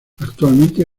actualmente